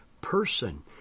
person